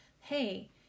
hey